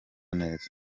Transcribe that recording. neza